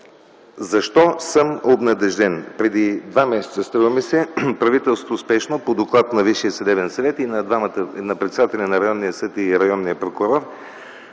Защо съм обнадежден? Преди два месеца, струва ми се, правителството спешно, по доклад на Висшия съдебен съвет и на председателя на районния съд и районния прокурор,